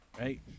right